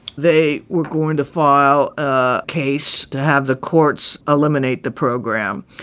they were going to file ah case to have the courts eliminate the program.